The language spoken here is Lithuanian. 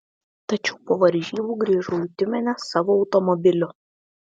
tačiau po varžybų grįžau į tiumenę savo automobiliu